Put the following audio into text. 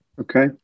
Okay